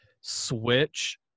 switch